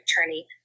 attorney